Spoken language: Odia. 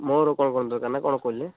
ମୋର କ'ଣ କ'ଣ ଦରକାର ନାଁ କ'ଣ କହିଲେ